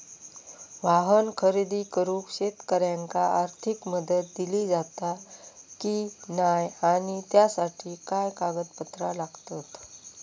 वाहन खरेदी करूक शेतकऱ्यांका आर्थिक मदत दिली जाता की नाय आणि त्यासाठी काय पात्रता लागता?